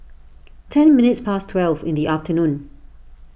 ten minutes past twelve in the afternoon